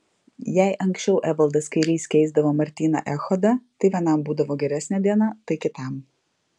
jei anksčiau evaldas kairys keisdavo martyną echodą tai vienam būdavo geresnė diena tai kitam